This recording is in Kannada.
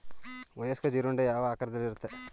ವಯಸ್ಕ ಜೀರುಂಡೆ ಯಾವ ಆಕಾರದಲ್ಲಿರುತ್ತದೆ?